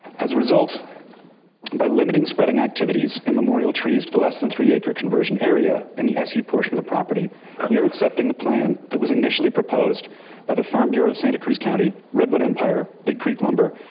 as a result by limiting spreading activities and memorial trees for less than three acre conversion area in and the su portion of the property we are accepting the plan that was initially proposed by the farm bureau of santa cruz county, redwood empire, big creek lumber,